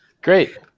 Great